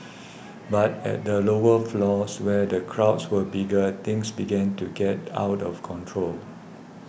but at the lower floors where the crowds were bigger things began to get out of control